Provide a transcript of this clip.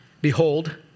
behold